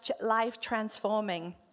life-transforming